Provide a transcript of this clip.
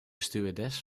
stewardess